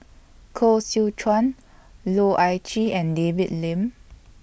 Koh Seow Chuan Loh Ah Chee and David Lim